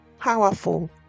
powerful